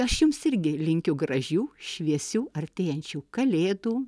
aš jums irgi linkiu gražių šviesių artėjančių kalėdų